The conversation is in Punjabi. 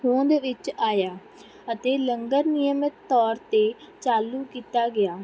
ਹੋਂਦ ਵਿੱਚ ਆਇਆ ਅਤੇ ਲੰਗਰ ਨਿਯਮਤ ਤੌਰ 'ਤੇ ਚਾਲੂ ਕੀਤਾ ਗਿਆ